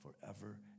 forever